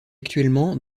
actuellement